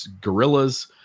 gorillas